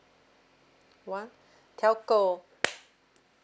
one telco